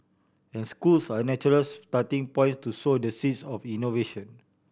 and schools are natural starting points to sow the seeds of innovation